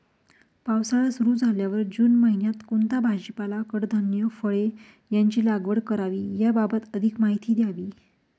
पावसाळा सुरु झाल्यावर जून महिन्यात कोणता भाजीपाला, कडधान्य, फळे यांची लागवड करावी याबाबत अधिक माहिती द्यावी?